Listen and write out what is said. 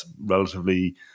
relatively